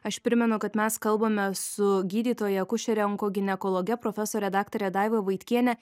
aš primenu kad mes kalbame su gydytoja akušere onkoginekologe profesore daktare daiva vaitkiene